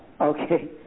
okay